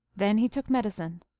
then he took medicine.